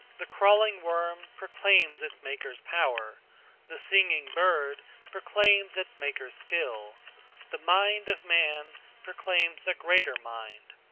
the crawling worm proclaims its maker's power the singing bird proclaims its maker's skill the mind of man proclaims a greater mind,